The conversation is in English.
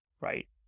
right